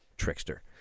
trickster